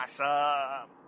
awesome